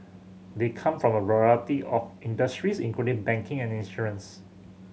they come from a variety of industries including banking and insurance